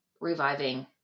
reviving